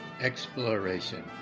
Exploration